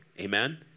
amen